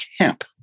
camp